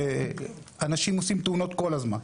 כי אנשים עושים תאונות כל יום.